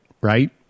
Right